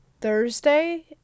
Thursday